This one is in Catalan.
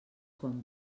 quan